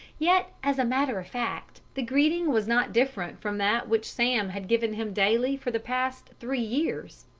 yet, as a matter of fact, the greeting was not different from that which sam had given him daily for the past three years.